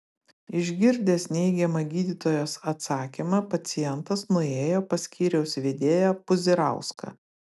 išgirdęs neigiamą gydytojos atsakymą pacientas nuėjo pas skyriaus vedėją puzirauską